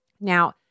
Now